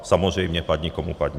Samozřejmě padni komu padni.